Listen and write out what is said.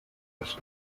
hast